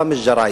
ראמז ג'ראיסי.